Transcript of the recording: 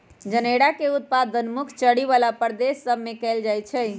जनेरा के उत्पादन मुख्य चरी बला प्रदेश सभ में कएल जाइ छइ